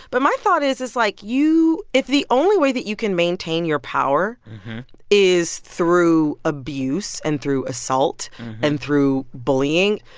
but my thought is, like, you if the only way that you can maintain your power is through abuse and through assault and through bullying,